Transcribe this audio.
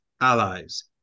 allies